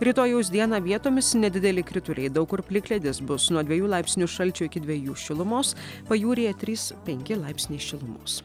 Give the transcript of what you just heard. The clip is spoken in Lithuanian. rytojaus dieną vietomis nedideli krituliai daug kur plikledis bus nuo dviejų laipsnių šalčio iki dviejų šilumos pajūryje trys penki laipsniai šilumos